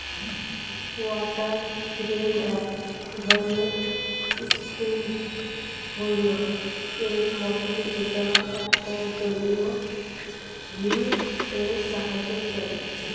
water frame এক ধরণের spinning wheel এর মতন যেটা একটা জলীয় হুইল এর সাহায্যে চলে